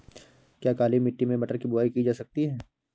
क्या काली मिट्टी में मटर की बुआई की जा सकती है?